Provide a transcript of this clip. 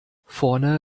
vorne